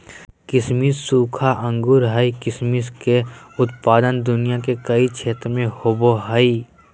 किसमिस सूखा अंगूर हइ किसमिस के उत्पादन दुनिया के कई क्षेत्र में होबैय हइ